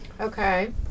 Okay